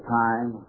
time